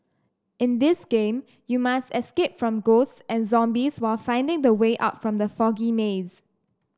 in this game you must escape from ghosts and zombies while finding the way out from the foggy maze